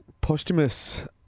posthumous